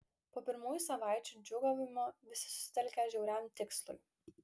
po pirmųjų savaičių džiūgavimo visi susitelkė žiauriam tikslui